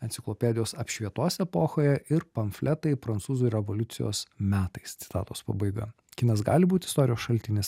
enciklopedijos apšvietos epochoje ir pamfletai prancūzų revoliucijos metais citatos pabaiga kinas gali būt istorijos šaltinis